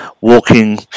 walking